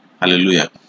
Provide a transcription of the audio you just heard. Hallelujah